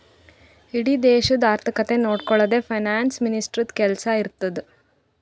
ಇಡೀ ದೇಶದು ಆರ್ಥಿಕತೆ ನೊಡ್ಕೊಳದೆ ಫೈನಾನ್ಸ್ ಮಿನಿಸ್ಟರ್ದು ಕೆಲ್ಸಾ ಇರ್ತುದ್